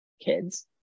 kids